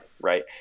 right